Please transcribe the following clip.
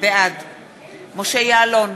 בעד משה יעלון,